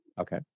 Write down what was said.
Okay